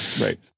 right